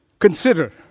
Consider